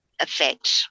effect